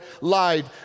lied